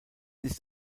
ist